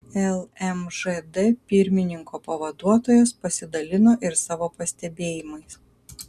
lmžd pirmininko pavaduotojas pasidalino ir savo pastebėjimais